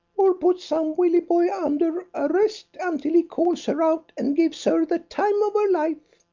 or put some willieboy under arrest until he calls her out and gives her the time of her life.